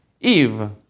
Eve